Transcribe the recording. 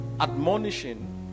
admonishing